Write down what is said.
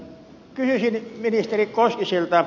kysyisin ministeri koskiselta